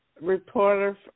reporter